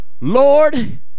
Lord